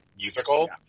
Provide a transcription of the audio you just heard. Musical